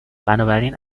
بنابراین